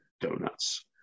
donuts